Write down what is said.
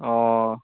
অঁ